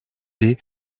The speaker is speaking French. des